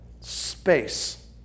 space